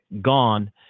gone